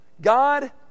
God